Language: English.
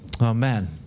Amen